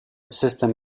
system